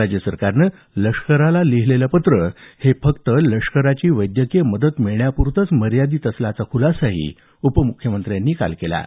राज्य सरकारने लष्कराला लिहिलेलं पत्र हे फक्त लष्कराची वैद्यकीय मदत मिळण्याप्रतंच मर्यादित असल्याचा खुलासाही उपमुख्यमंत्र्यांनी केला आहे